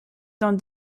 dans